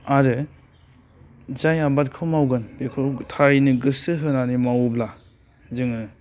आरो जाय आबादखौ मावगोन बेखौ थारैनो गोसो होनानै मावोब्ला जोङो